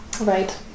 Right